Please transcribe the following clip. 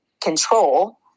control